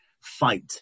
fight